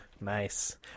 Nice